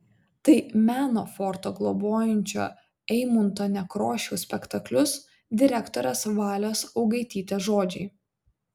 tai meno forto globojančio eimunto nekrošiaus spektaklius direktorės valės augaitytės žodžiai